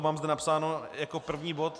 Mám zde napsáno jako první bod...